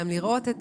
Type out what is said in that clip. גם לראות את